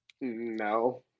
No